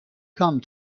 come